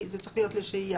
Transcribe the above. זה צריך להיות לשהייה.